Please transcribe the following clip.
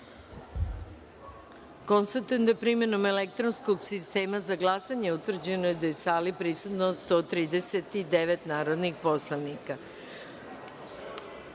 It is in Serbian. da je primenom elektronskog sistema za glasanje utvrđeno da je u sali prisutno 139 narodnih poslanika. Odbor